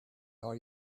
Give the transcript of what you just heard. are